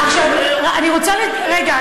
רגע,